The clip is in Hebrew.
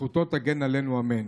זכותו תגן עלינו אמן.